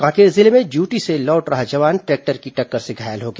कांकेर जिले में ड्यूटी से लौट रहा जवान ट्रैक्टर की टक्कर से घायल हो गया